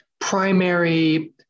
primary